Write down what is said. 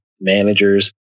managers